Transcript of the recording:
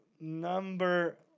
number